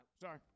Sorry